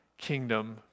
kingdom